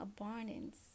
abundance